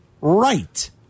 right